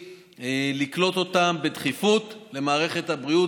לקלוט אותם בדחיפות במערכת הבריאות.